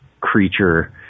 creature